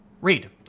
Read